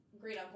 great